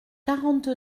quarante